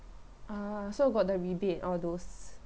err so got the rebate all those